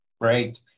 Right